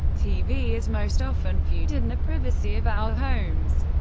tv is most often viewed in the privacy of our homes.